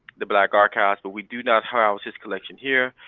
the black archives, but we do not house his collection here.